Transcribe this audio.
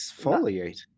Exfoliate